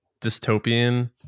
dystopian